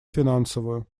финансовую